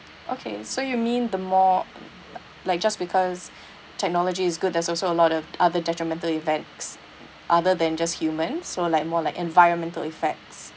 okay so you mean the more like just because technology is good there's also a lot of other detrimental effects other than just humans so like more like environmental effects